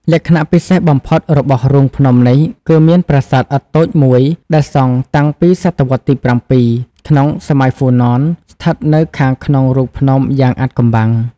លក្ខណៈពិសេសបំផុតរបស់រូងភ្នំនេះគឺមានប្រាសាទឥដ្ឋតូចមួយដែលសង់តាំងពីសតវត្សរ៍ទី៧ ក្នុងសម័យហ្វូណន ស្ថិតនៅខាងក្នុងរូងភ្នំយ៉ាងអាថ៌កំបាំង។